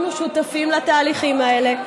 אנחנו שותפים לתהליכים האלה.